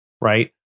right